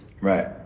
Right